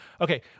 Okay